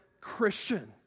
Christian